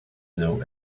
know